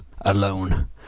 alone